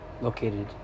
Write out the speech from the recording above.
Located